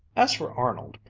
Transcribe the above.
as for arnold,